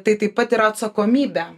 tai taip pat yra atsakomybė